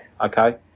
Okay